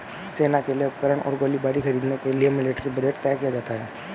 सेना के लिए उपकरण और गोलीबारी खरीदने के लिए मिलिट्री बजट तय किया जाता है